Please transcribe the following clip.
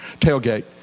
tailgate